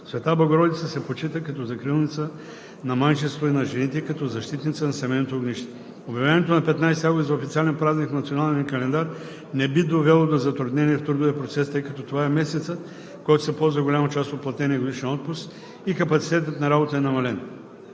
Света Богородица се почита като закрилница на майчинството и на жените, като защитница на семейното огнище. Обявяването на 15 август за официален празник в националния ни календар не би довело до затруднения в трудовия процес, тъй като това е месецът, в който се ползва голяма част от платения годишен отпуск и капацитетът на работа е намален.